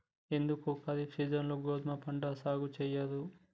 ఎందుకు ఖరీఫ్ సీజన్లో గోధుమ పంటను సాగు చెయ్యరు?